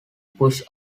push